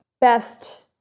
best